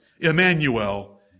Emmanuel